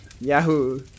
Yahoo